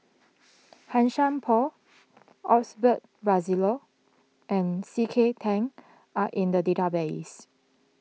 Han Sai Por Osbert Rozario and C K Tang are in the database